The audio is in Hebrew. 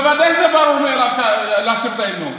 בוודאי שזה ברור מאליו לשיר את ההמנון.